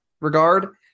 regard